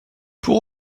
pour